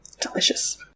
delicious